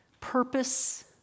purpose